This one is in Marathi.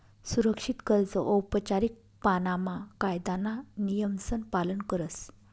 सुरक्षित कर्ज औपचारीक पाणामा कायदाना नियमसन पालन करस